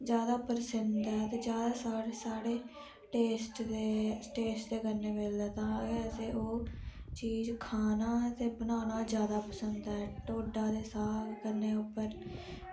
जादा पसिंद ऐ ते जादा साढ़े टेस्ट दे टेस्ट दे कन्नै मिलदा तां गै ओह् चीज़ खाना ते बनाना जादा पसंद ऐ ढोडा ते साग कन्नै उप्पर